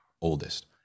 oldest